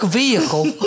vehicle